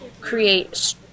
create